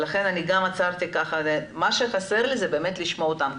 זה לשמוע אותם.